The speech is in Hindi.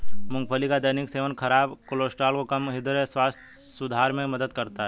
मूंगफली का दैनिक सेवन खराब कोलेस्ट्रॉल को कम, हृदय स्वास्थ्य सुधार में मदद करता है